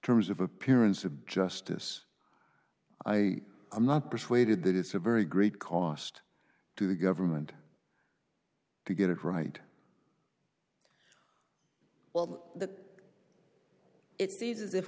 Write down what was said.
terms of appearance of justice i i'm not persuaded that it's a very great cost to the government to get it right well